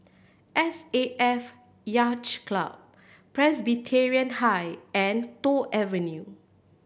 S A F Yacht Club Presbyterian High and Toh Avenue